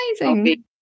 amazing